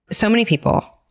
so many people,